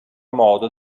modo